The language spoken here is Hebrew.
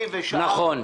היא ושאר ההורים,